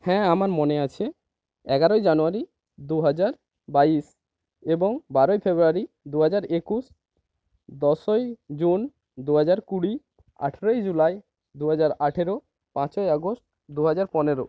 হ্যাঁ আমার মনে আছে এগারোই জানুয়ারি দু হাজার বাইশ এবং বারোই ফেব্রুয়ারি দু হাজার একুশ দশই জুন দু হাজার কুড়ি আঠেরোই জুলাই দু হাজার আঠেরো পাঁচই আগস্ট দু হাজার পনেরো